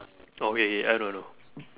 oh okay okay I know I know